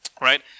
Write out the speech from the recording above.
right